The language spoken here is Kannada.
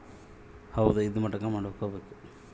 ಹೊಲದ ಸಾಮನ್ ಗಳು ಮಾಡಿದ್ರು ಕೂಡ ಇದಾ ಮಟ್ಟಕ್ ಮಾಡ್ಬೇಕು